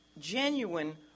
genuine